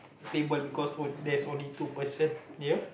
table because what there's only two person near